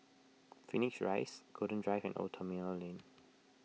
Phoenix Rise Golden Drive and Old Terminal Lane